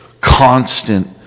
constant